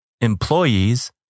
employees